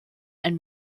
ein